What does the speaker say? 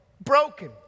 broken